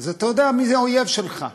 אז אתה יודע מי זה האויב שלך,